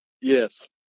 Yes